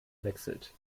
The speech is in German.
wechselt